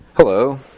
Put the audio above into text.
Hello